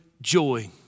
joy